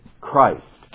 Christ